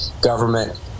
government